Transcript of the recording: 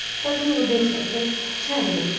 ಸಗಣಿ ಉದ್ದೇಶ ಹೆಚ್ಚಾಗಿರುತ್ತೆ